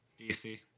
DC